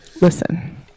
listen